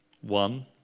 one